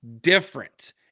different